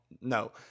no